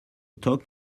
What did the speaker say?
talk